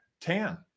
tan